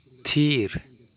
ᱛᱷᱤᱨ